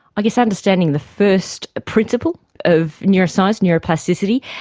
i guess understanding the first principle of neuroscience, neuroplasticity,